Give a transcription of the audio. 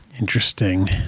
interesting